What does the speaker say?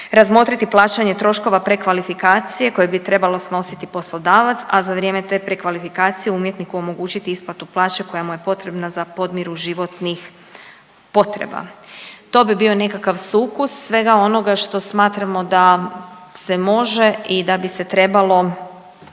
razmotriti plaćanje troškova prekvalifikacije koje bi trebalo snositi poslodavac, a za vrijeme te prekvalifikacije umjetniku omogućiti isplatu plaće koja mu je potrebna za podmiru životnih potreba. To bi bio nekakav sukus svega onoga što smatramo da se može i da bi se trebalo